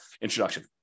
introduction